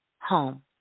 home